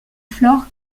flore